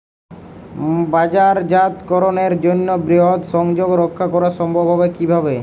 বাজারজাতকরণের জন্য বৃহৎ সংযোগ রক্ষা করা সম্ভব হবে কিভাবে?